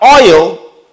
oil